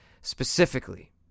Specifically